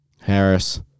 Harris